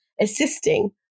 assisting